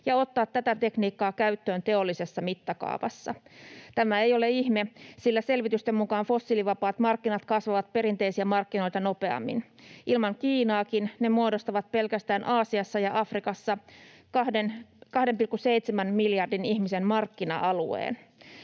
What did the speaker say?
ja ottaa tätä tekniikkaa käyttöön teollisessa mittakaavassa. Tämä ei ole ihme, sillä selvitysten mukaan fossiilivapaat markkinat kasvavat perinteisiä markkinoita nopeammin. Ilman Kiinaakin ne muodostavat pelkästään Aasiassa ja Afrikassa 2,7 miljardin ihmisen markkina-alueen.